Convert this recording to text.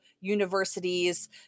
universities